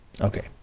Okay